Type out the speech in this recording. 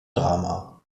drama